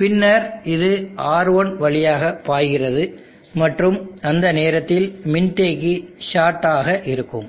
பின்னர் இது R1 வழியாக பாய்கிறது மற்றும் அந்த நேரத்தில் மின்தேக்கி ஷார்ட் ஆக இருக்கும்